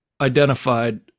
identified